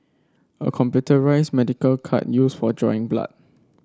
a computerised medical cart used for drawing blood